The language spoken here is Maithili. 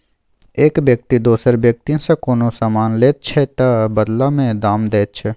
एक बेकती दोसर बेकतीसँ कोनो समान लैत छै तअ बदला मे दाम दैत छै